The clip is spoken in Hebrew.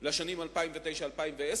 לשנים 2009 ו-2010,